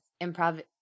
improv